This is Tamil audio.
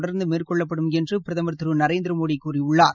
தொடர்ந்து மேற்கொள்ளப்படும் என்று பிரதமர் திரு நரேந்திரமோடி கூறியுள்ளார்